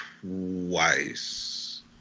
Twice